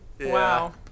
wow